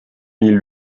mille